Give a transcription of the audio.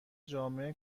جامع